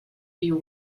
you